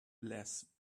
less